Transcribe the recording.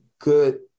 good